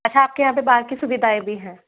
अच्छा आपके यहाँ पे बार की सुविधाएं भी हैं